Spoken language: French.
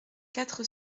quatre